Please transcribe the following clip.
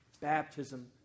Baptism